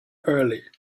early